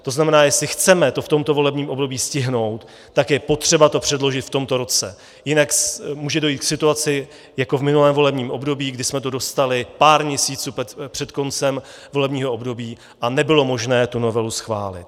To znamená, jestli to chceme v tomto volebním období stihnout, tak je to potřeba předložit v tomto roce, jinak může dojít k situaci jako v minulém volebním období, kdy jsme to dostali pár měsíců před koncem volebního období a nebylo možné tu novelu schválit.